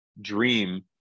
dream